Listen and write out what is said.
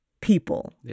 people